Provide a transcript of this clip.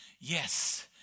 yes